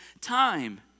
time